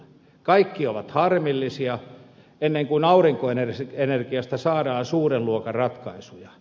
kaikki ovat harmillisia ennen kuin aurinkoenergiasta saadaan suuren luokan ratkaisuja